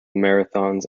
marathons